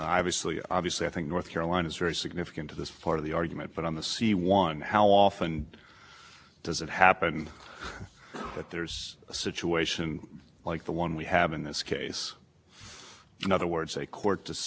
finding of deficiency sips are approved subsequently before the fifth but then a court decision comes in afterwards pulls the rug out from all that i think it's probably pretty